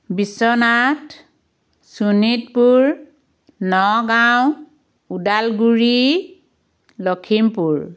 Biswanath Sonitpur Nagaon Udalguri Lakhimpur